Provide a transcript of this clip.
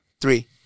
Three